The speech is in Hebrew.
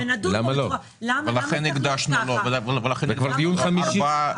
זה כבר דיון חמישי.